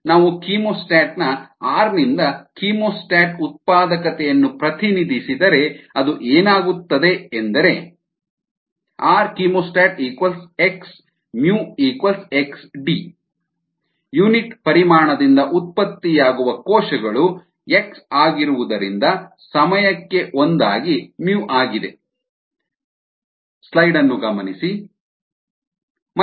ನಾವು ಕೀಮೋಸ್ಟಾಟ್ನ ಆರ್ ನಿಂದ ಕೀಮೋಸ್ಟಾಟ್ ಉತ್ಪಾದಕತೆಯನ್ನು ಪ್ರತಿನಿಧಿಸಿದರೆ ಅದು ಏನಾಗುತ್ತದೆ ಎಂದರೆ RchemostatxxD ಯುನಿಟ್ ಪರಿಮಾಣದಿಂದ ಉತ್ಪತ್ತಿಯಾಗುವ ಕೋಶಗಳು x ಆಗಿರುವುದರಿಂದ ಸಮಯಕ್ಕೆ ಒಂದಾಗಿ µ ಆಗಿದೆ